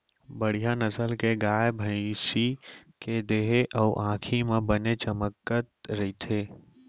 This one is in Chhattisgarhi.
बड़िहा नसल के गाय, भँइसी के देहे अउ आँखी ह बने चमकत रथे